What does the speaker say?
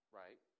right